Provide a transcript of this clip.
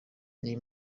iyi